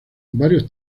varios